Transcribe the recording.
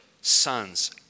son's